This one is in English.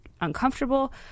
uncomfortable